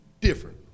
different